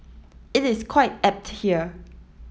it is quite apt here